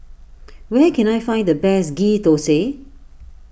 where can I find the best Ghee Thosai